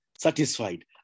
satisfied